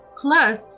Plus